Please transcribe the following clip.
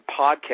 podcast